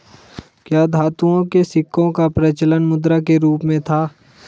क्या धातुओं के सिक्कों का प्रचलन मुद्रा के रूप में था?